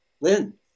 Lynn